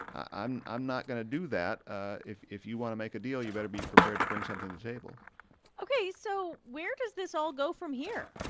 i'm i'm not going to do that ah if if you want to make a deal, you better be prepared to bring something to the table ok, so where does this all go from here?